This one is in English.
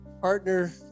partner